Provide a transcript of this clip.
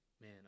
man